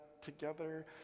together